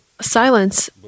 silence